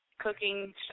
cooking